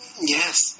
Yes